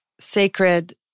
sacred